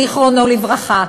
זיכרונו לברכה,